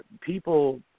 people